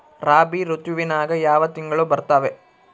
ರಾಬಿ ಋತುವಿನ್ಯಾಗ ಯಾವ ತಿಂಗಳು ಬರ್ತಾವೆ?